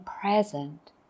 present